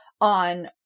on